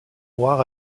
noir